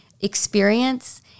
experience